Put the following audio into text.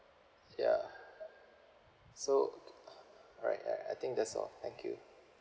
ya so right right I think that's all thank you